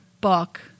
book